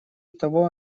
того